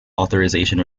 authorization